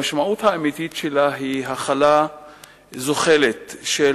המשמעות האמיתית שלה היא החלה זוחלת של